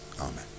Amen